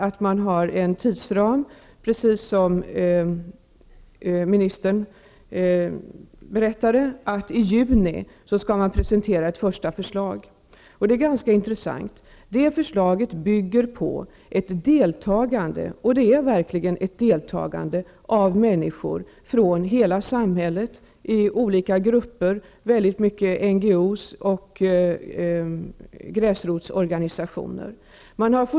Nu finns en tidsram, precis som ministern berättade, som innebär att ett första förslag skall presenteras i juni. Förslaget är intressant. Det bygger på ett deltagande -- och det är verkligen ett deltagande -- av människor från hela samhället, företrädare från olika grupper, t.ex. NGO, och gräsrotsorganisationer.